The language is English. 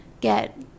get